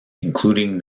including